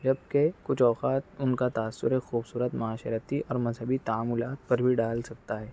جبکہ کچھ اوقات ان کا تاثر ایک خوبصورت معاشرتی اور مذہبی تعاملات پر بھی ڈال سکتا ہے